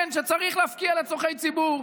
כן, צריך להפקיע לצורכי ציבור.